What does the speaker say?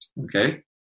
Okay